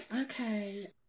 Okay